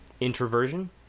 introversion